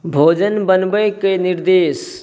भोजन बनबैके निर्देश